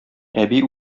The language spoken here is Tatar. әби